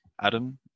Adam